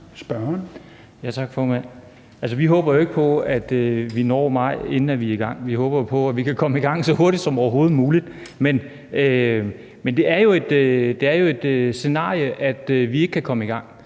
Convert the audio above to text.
vi håber jo ikke på, at vi når til maj, inden vi er i gang. Vi håber jo på, at vi kan komme i gang så hurtigt som overhovedet muligt, men det er jo et scenarie, at vi ikke kan komme i gang.